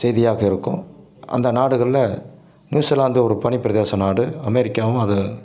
செய்தியாக இருக்கும் அந்த நாடுகளில் நியூசிலாந்து ஒரு பனிப்பிரதேசம் நாடு அமெரிக்காவும் அது